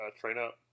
train-up